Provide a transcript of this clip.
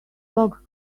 log